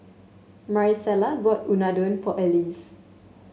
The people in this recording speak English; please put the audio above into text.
Marisela bought Unadon for Alease